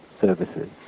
services